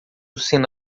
sendo